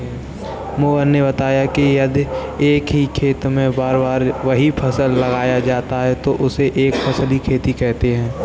मोहन ने बताया कि यदि एक ही खेत में बार बार वही फसल लगाया जाता है तो उसे एक फसलीय खेती कहते हैं